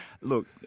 look